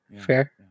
Fair